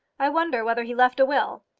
i wonder whether he left a will.